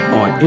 on